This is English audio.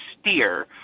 steer